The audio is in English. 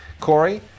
Corey